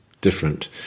different